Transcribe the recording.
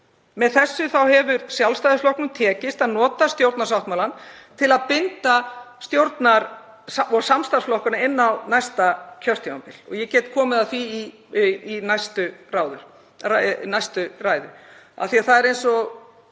Með þessu hefur Sjálfstæðisflokknum tekist að nota stjórnarsáttmálann til að binda hendur stjórnar- og samstarfsflokkanna inn á næsta kjörtímabil. Ég get komið að því í næstu ræðu. Það er eins og